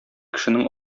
кешенең